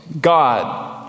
God